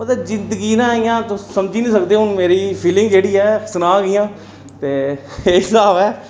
मतलब जिंदगी ना इ'यां तुस समझी निं सकदे हून मेरी फीलिंग जेह्ड़ी ऐ सुनां केह् एह् स्हाब ऐ